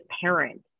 parent